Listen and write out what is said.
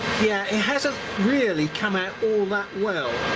yeah it hasn't really come out all that well.